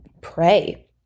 pray